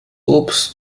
obst